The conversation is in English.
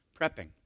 prepping